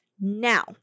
Now